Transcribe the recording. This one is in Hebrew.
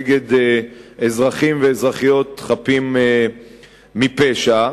הופנה נגד אזרחים ואזרחיות חפים מפשע.